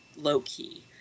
low-key